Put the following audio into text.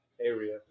Area